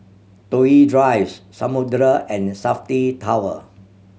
Toh Yi Drives Samudera and Safti Tower